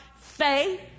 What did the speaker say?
faith